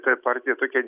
ta partija tokia